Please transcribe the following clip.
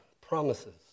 promises